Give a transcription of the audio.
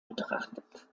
betrachtet